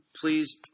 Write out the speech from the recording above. please